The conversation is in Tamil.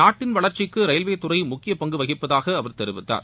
நாட்டின் வளர்ச்சிக்கு ரயில்வே துறை முக்கிய பங்கு வகிப்பதாக அவர் தெரிவித்தார்